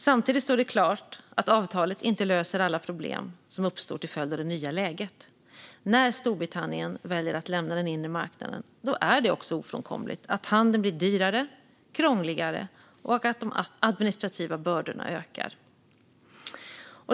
Samtidigt står det klart att avtalet inte löser alla problem som uppstår till följd av det nya läget. När Storbritannien väljer att lämna den inre marknaden är det också ofrånkomligt att handeln blir dyrare och krångligare och att de administrativa bördorna ökar.